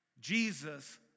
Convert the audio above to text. Jesus